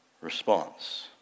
response